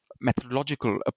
methodological